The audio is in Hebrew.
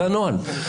זה הנוהל.